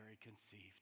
conceived